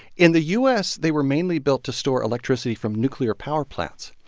in the u s, they were mainly built to store electricity from nuclear power plants.